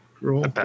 roll